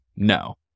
No